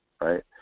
right